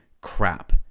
crap